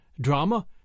drama